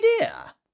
idea